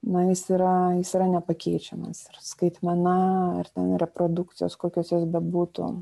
na jis yra jis yra nepakeičiamas ir skaitymą na ar ten yra produkcijos kokios jos bebūtų